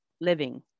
living